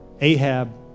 Ahab